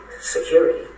security